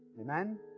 Amen